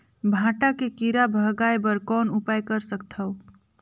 भांटा के कीरा भगाय बर कौन उपाय कर सकथव?